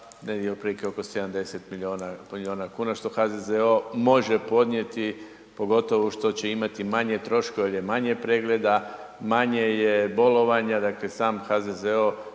negdje otprilike oko 70 milijuna kuna, što HZZO može podnijeti, pogotovo što će imati manje troškova jer je manje pregleda, manje je bolovanja, dakle sam HZZO